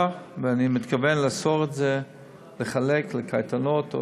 ואני מתכוון לאסור חלוקה בקייטנות,